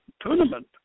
tournament